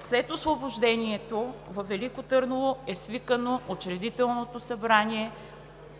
След Освобождението във Велико Търново е свикано Учредителното събрание